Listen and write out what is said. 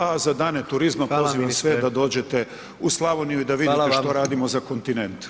A za Dane turizma, pozivam sve da dođete u Slavoniju [[Upadica predsjednik: Hvala vam.]] i da vidite što radimo za kontinent.